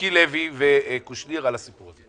מיקי לוי וקושניר, על הסיפור הזה.